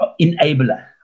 enabler